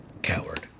Coward